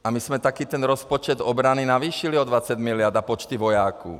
A my jsme taky ten rozpočet obrany navýšili o 20 mld. a počty vojáků.